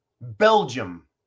Belgium